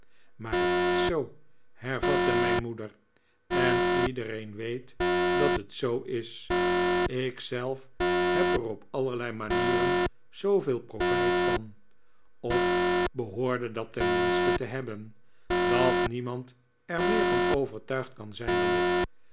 maar het is zoo hervatte mijn moeder en iedereen weet dat het zoo is ik zelf heb er op allerlei manieren zooveel profijt van of behoorde dat tenminste te hebben dat niemand er meer van overtuigd kan zijn dan ik